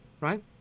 right